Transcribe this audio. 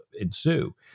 ensue